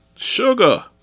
Sugar